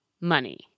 money